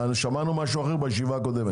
ששמענו בישיבה הקודמת.